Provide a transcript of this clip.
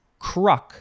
CRUCK